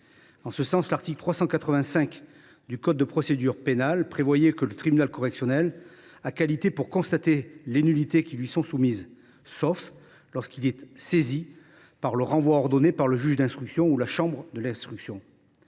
En ce sens, l’article 385 du code de procédure pénale prévoyait que le tribunal correctionnel a qualité pour constater les nullités qui lui sont soumises, « sauf lorsqu’il est saisi par le renvoi ordonné par le juge d’instruction ou la chambre de l’instruction